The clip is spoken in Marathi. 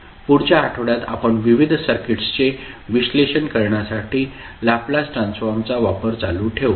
पुढच्या आठवड्यात आपण विविध सर्किट्सचे विश्लेषण करण्यासाठी लॅपलास ट्रान्सफॉर्मचा वापर चालू ठेवू